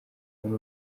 muri